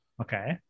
Okay